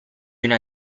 una